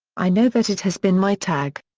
i know that it has been my tag.